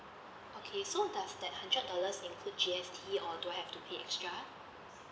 okay so does that hundred dollars include G_S_T or do I have to pay extra